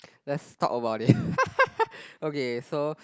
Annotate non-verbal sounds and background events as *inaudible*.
let's talk about it *laughs* okay so